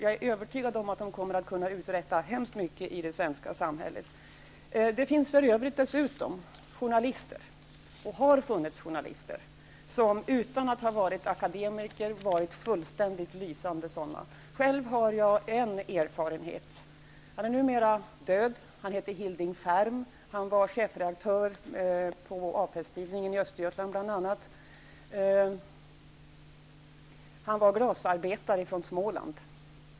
Jag är övertygad om att de kommer att kunna uträtta mycket i det svenska samhället. Det finns för övrigt och har funnits journalister som, utan att ha varit akademiker, har varit fullständigt lysande i sitt yrke. Själv har jag erfarenhet av en sådan. Han är numera död. Han hette Hilding Ferm, och han var bl.a. chefredaktör på A-presstidningen i Östergötland. Han var glasarbetare från Småland.